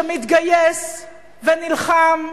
שמתגייס ונלחם,